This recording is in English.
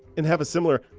and have a similar,